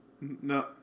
No